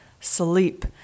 sleep